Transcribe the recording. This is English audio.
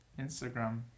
Instagram